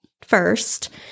first